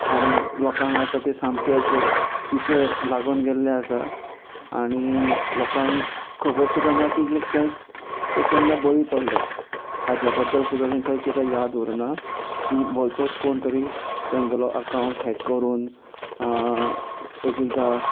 आनी लोकांक आतां ते सामकेच पिशें लागून गेल्ले आसा आनी लोकांक खबर सुद्दां ना की कॅक ते केन्ना बळी पडले हाज्या बद्दल सुद्दां तेंकां एकदां याद उरना की भलतोच कोण तरी तेंगेलो एकाउंट हे करून एक एकदां